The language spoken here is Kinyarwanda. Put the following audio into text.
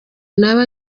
naba